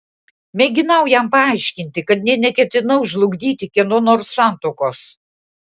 mėginau jam paaiškinti kad nė neketinau žlugdyti kieno nors santuokos